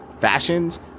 fashions